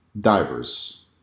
divers